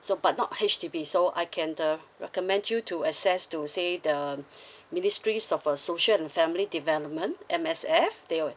so but not H_D_B so I can uh recommend you to access to say the ministries of a social and family development M_S_F they will